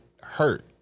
hurt